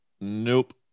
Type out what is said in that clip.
Nope